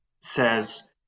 says